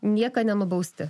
nieka nenubausti